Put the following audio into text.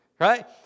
Right